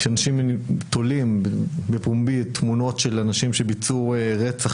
כשאנשים תולים בפומבי תמונות של אנשים שביצעו רצח